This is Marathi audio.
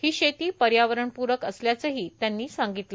ही शेती पर्यावरणप्रक असल्याचंही त्यांनी सांगितलं